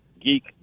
geek